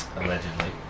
allegedly